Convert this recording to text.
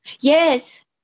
Yes